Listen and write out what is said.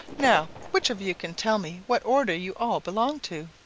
now which of you can tell me what order you all belong to?